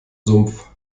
sumpf